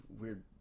weird